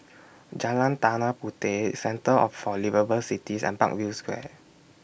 Jalan Tanah Puteh Centre of For Liveable Cities and Parkview Square